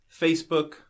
facebook